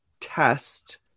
test